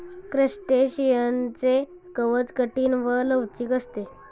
क्रस्टेशियनचे कवच कठीण व लवचिक असते